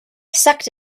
sucked